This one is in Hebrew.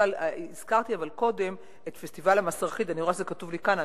למשל הזכרתי קודם את פסטיבל "מסרחיד" אני רואה שזה כתוב לי כאן,